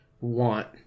want